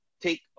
take